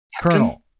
Colonel